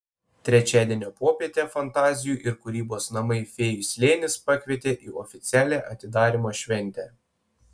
trečiadienio popietę fantazijų ir kūrybos namai fėjų slėnis pakvietė į oficialią atidarymo šventę